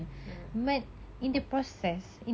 mmhmm